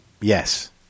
Yes